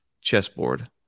chessboard